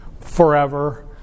forever